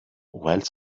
while